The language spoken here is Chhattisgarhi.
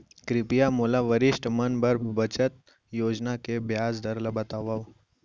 कृपया मोला वरिष्ठ मन बर बचत योजना के ब्याज दर ला बतावव